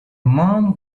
man